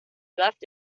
left